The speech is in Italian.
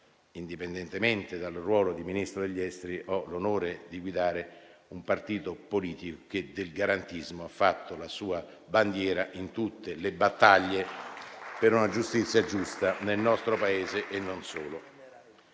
indipendentemente dal ruolo di Ministro degli affari esteri, ho l'onore di guidare un partito politico che del garantismo ha fatto la sua bandiera in tutte le battaglie per una giustizia equa nel nostro Paese e non solo.